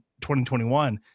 2021